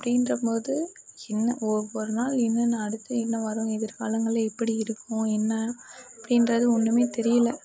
அப்படின்ற மோது சின்ன ஒவ்வொரு நாள் என்னென்ன அடுத்து என்ன வரும் எதிர்காலங்களில் எப்படி இருக்கும் என்ன அப்படின்றது ஒன்றுமே தெரியல